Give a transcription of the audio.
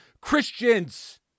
Christians